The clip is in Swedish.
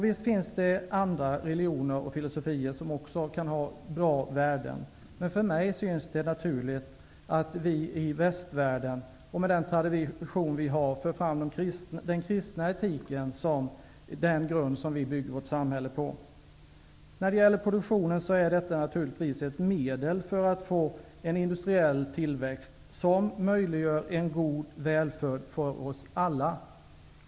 Visst finns det andra religioner och filosofier som också kan ha bra värden, men för mig syns det naturligt att vi i västvärlden, med den tradition vi har, för fram den kristna etiken som den grund vi bygger vårt samhälle på. Produktionen är naturligtvis ett medel för en industriell tillväxt som möjliggör en god välfärd för oss alla.